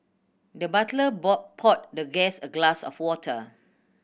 the butler poured the guest a glass of water